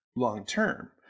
long-term